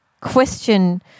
question